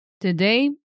Today